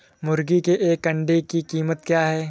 मुर्गी के एक अंडे की कीमत क्या है?